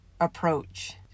approach